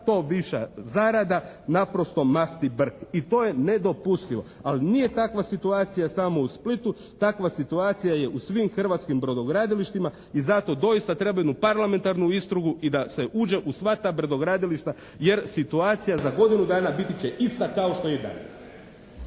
to viša zarada, naprosto masti brk i to je nedopustivo. Ali nije takva situacija samo u Splitu, takva situacija je u svim hrvatskim brodogradilištima i zato doista treba jednu parlamentarnu istragu i da se uđe u sva ta brodogradilišta jer situacija za godinu dana biti će ista kao što i danas.